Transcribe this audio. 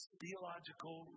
theological